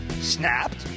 snapped